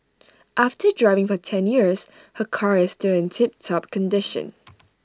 after driving for ten years her car is still in tip top condition